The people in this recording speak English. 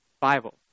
Bible